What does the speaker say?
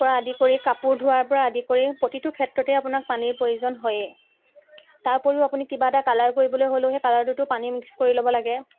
পৰা আদি কৰি কাপোৰ ধোৱাৰ পৰা আদি কৰি প্ৰতিটো ক্ষেত্ৰতে আপোনাক পানীৰ প্ৰয়োজন হয়েই তাৰ উপৰিও আপুনি কিবা এটা কালাৰ কৰিবলৈ হ'লেও সেই কালাৰটোতো পানী মিক্স কৰি ল'ব লাগে